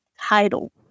title